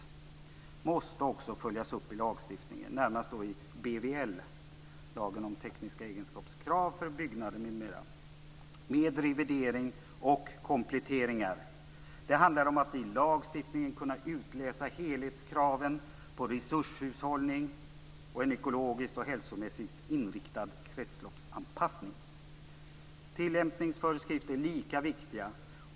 Detta måste också följas upp i lagstiftningen med revideringar och kompletteringar - det gäller närmast då BVL, lagen om tekniska egenskapskrav för byggnader m.m. Det handlar om att i lagstiftningen kunna utläsa helhetskraven på resurshushållning och på en ekologiskt och hälsomässigt inriktad kretsloppsanpassning. Tillämpningsföreskrifter är lika viktiga.